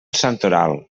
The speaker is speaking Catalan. santoral